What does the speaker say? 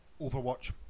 Overwatch